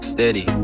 Steady